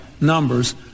numbers